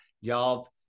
y'all